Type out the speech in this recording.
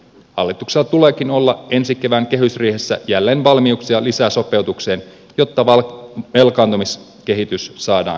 hallituksella tuleekin olla ensi kevään kehysriihessä jälleen valmiuksia lisäsopeutukseen jotta velkaantumiskehitys saadaan kuriin